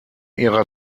ihrer